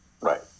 right